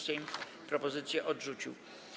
Sejm propozycje odrzucił.